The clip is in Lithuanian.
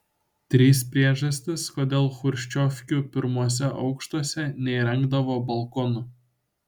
trys priežastys kodėl chruščiovkių pirmuose aukštuose neįrengdavo balkonų